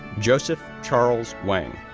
joseph charles wang,